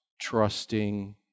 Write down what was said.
trusting